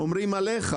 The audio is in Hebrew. היו מטילים את זה עליו.